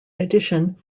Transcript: addition